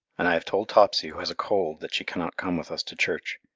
and i have told topsy, who has a cold, that she cannot come with us to church.